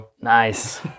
Nice